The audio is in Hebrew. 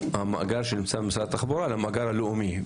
המאגר שנמצא במשרד התחבורה למאגר הלאומי?